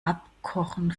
abkochen